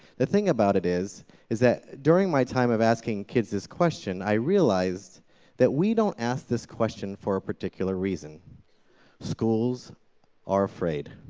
the thing about it is is that during my time of asking kids this question, i realized that we don't ask this question for a particular reason schools are afraid.